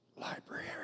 library